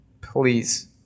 please